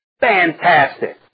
Fantastic